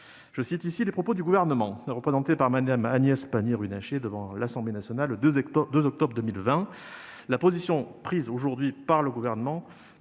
je cite ici les propos du Gouvernement, représenté par Mme Agnès Pannier-Runacher devant l'Assemblée nationale, le 2 octobre 2020. La position prise aujourd'hui par le Gouvernement